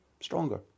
stronger